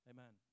Amen